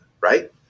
right